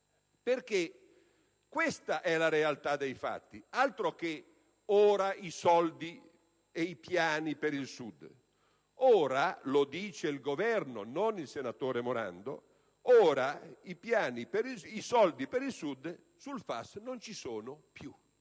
dire. Questa è la realtà dei fatti: altro che "Ora i soldi e i piani per il Sud"! Lo dice il Governo, non il senatore Morando: ora i soldi per il Sud sul FAS non ci sono più,